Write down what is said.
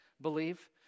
believe